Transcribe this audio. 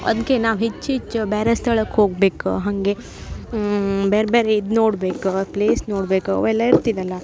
ಅದ್ಕೆ ನಾವು ಹೆಚ್ಚು ಹೆಚ್ಚು ಬ್ಯಾರೆ ಸ್ಥಳಕ್ಕೆ ಹೋಗ್ಬೇಕು ಹಾಗೆ ಬ್ಯಾರೆ ಬ್ಯಾರೆ ಇದು ನೋಡ್ಬೇಕು ಪ್ಲೇಸ್ ನೋಡ್ಬೇಕು ಅವೆಲ್ಲಾ ಇರ್ತಿದಲ್ಲ